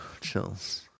Chills